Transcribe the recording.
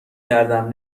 کردم